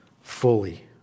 fully